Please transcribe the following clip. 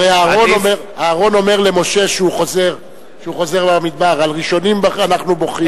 הרי אהרן אומר למשה כשהוא חוזר למדבר: על הראשונים אנחנו בוכים.